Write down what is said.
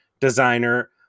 designer